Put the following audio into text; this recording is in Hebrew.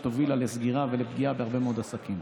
הובילה לסגירה ולפגיעה בהרבה מאוד עסקים.